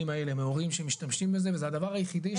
האלה מהורים שמשתמשים בזה וזה הדבר היחידי שמחזיק אותם.